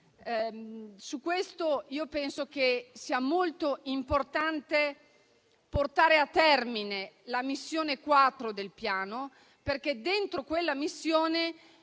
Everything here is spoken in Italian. Su questo penso che sia molto importante portare a termine la missione 4 del Piano, perché dentro quella missione